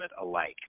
alike